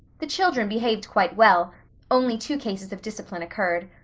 the children behaved quite well only two cases of discipline occurred.